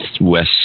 West